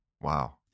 Wow